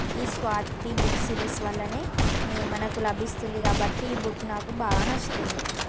ఈ Swati books series వల్ల మనకు లభిస్తుంది కాబట్టి ఈ బుక్ నాకు బాగా నచ్చుతుంది